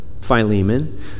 Philemon